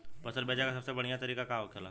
फसल बेचे का सबसे बढ़ियां तरीका का होखेला?